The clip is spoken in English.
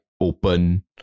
open